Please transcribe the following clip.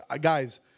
guys